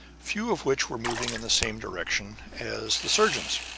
few of which were moving in the same direction as the surgeon's.